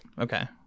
Okay